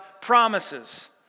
promises